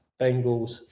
Bengals